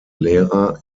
lehrer